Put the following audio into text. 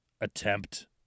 attempt